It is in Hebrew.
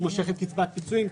מושכת קצבת פיצויים,